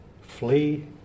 flee